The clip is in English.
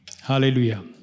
Hallelujah